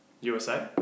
USA